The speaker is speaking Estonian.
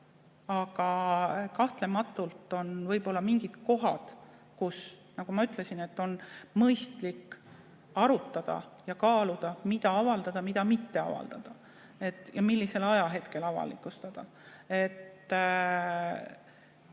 Aga kahtlematult on mingid kohad, mille puhul, nagu ma ütlesin, on mõistlik arutada ja kaaluda, mida avaldada, mida mitte avaldada ja millisel ajahetkel avalikustada.